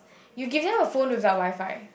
you give them a phone without WiFi